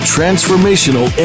Transformational